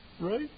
Right